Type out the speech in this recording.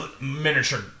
miniature